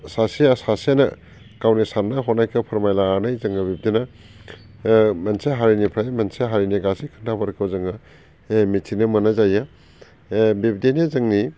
सासेया सासेनो गावनि साननाय हनायखौ फोरमायलायनानै जोङो बिब्दिनो मोनसे हारिनिफ्राय मोनसे हारिनि गासै खोथाफोरखौ जोङो मिथिनो मोननाय जायो बिब्दिनो जोंनि